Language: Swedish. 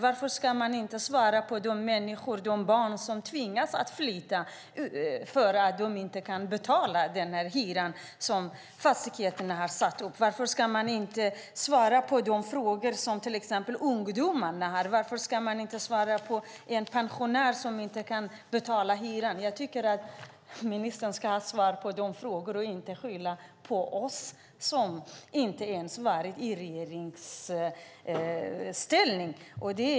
Varför ska inte hyresgäster - barn - som tvingas att flytta när de inte kan betala hyran få svar? Varför ska man inte svara på de frågor som till exempel ungdomarna har? Varför ska man inte svara på frågorna från en pensionär som inte kan betala hyran? Jag tycker att ministern ska svara på de frågorna och inte skylla på oss som inte ens varit i regeringsställning.